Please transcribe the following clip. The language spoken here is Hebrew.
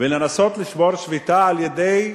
ולנסות לשבור שביתה על-ידי,